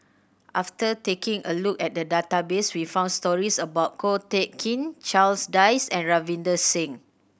after taking a look at the database we found stories about Ko Teck Kin Charles Dyce and Ravinder Singh